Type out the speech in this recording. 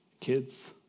kids